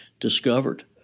discovered